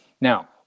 Now